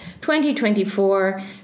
2024